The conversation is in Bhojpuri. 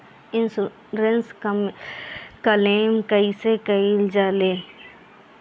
इन्शुरन्स क्लेम कइसे कइल जा ले?